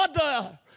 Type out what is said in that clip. order